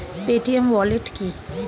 Paytm wallet কি?